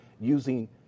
using